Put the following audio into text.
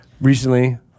recently